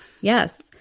Yes